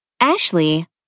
Ashley